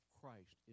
Christ